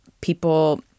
people –